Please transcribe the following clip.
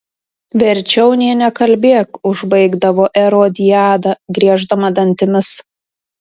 verčiau nė nekalbėk užbaigdavo erodiada grieždama dantimis